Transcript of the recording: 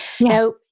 Now